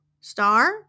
Star